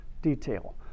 detail